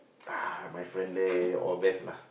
ah my friend there all best lah